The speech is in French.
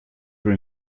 peu